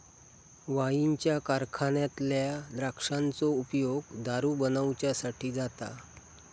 वाईनच्या कारखान्यातल्या द्राक्षांचो उपयोग दारू बनवच्यासाठी जाता